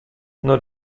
non